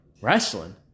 wrestling